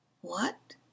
What